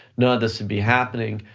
none of this would be happening,